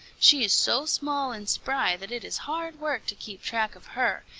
she is so small and spry that it is hard work to keep track of her,